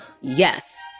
Yes